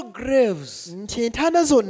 graves